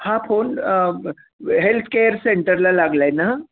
हा phone healthcare सेंटरला लागला आहे ना